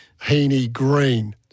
Heaney-Green